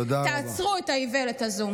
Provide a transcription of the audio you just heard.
תעצרו את האיוולת הזאת.